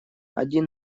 один